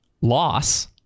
loss